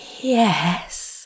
yes